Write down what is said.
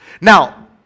Now